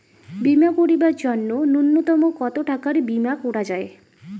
বীমা করিবার জন্য নূন্যতম কতো টাকার বীমা করা যায়?